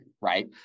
right